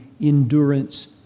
endurance